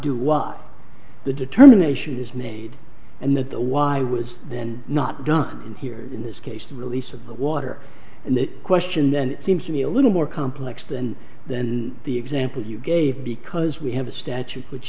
do what the determination is made and that the why was then not done here in this case the release of the water and that question then it seems to me a little more complex than then the example you gave because we have a statute which